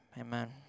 Amen